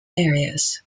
areas